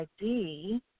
ID